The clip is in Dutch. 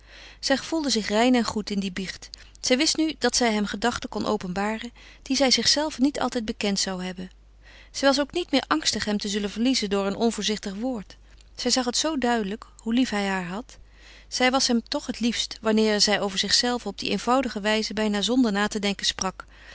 zij gevoelde zich rein en goed in die biecht zij wist nu dat zij hem gedachten kon openbaren die zij zichzelve niet altijd bekend zou hebben zij was ook niet meer angstig hem te zullen verliezen door een onvoorzichtig woord zij zag het zoo duidelijk hoe lief hij haar had zij was hem toch het liefst wanneer zij over zichzelve op die eenvoudige wijze bijna zonder na te denken sprak